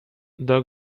the